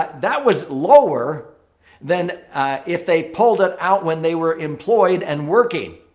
that that was lower than if they pulled it out when they were employed and working.